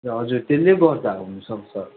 हजुर त्यसले गर्दा हुनुसक्छ